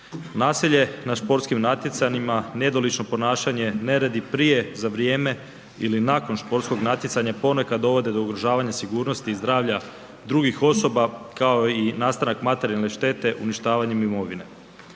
Nasilje na sportskim natjecanjima nedolično ponašanje, neredi prije, za vrijeme ili nakon sportskog natjecanja ponekad dovode do ugrožavanja sigurnosti i zdravlja drugih osoba kao i nastanak materijalne štete uništavanjem imovine.